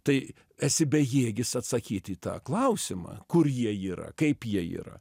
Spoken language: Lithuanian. tai esi bejėgis atsakyti į tą klausimą kur jie yra kaip jie yra